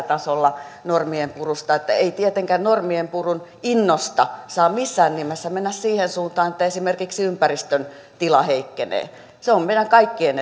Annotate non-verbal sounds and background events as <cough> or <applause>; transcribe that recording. <unintelligible> tasolla tästä normien purusta että ei tietenkään normien purun innosta saa missään nimessä mennä siihen suuntaan että esimerkiksi ympäristön tila heikkenee se on meidän kaikkien <unintelligible>